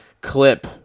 clip –